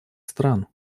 стран